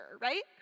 right